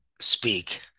speak